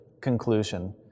conclusion